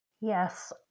Yes